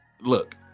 look